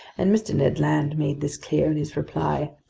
and mr. ned land made this clear in his reply.